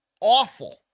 awful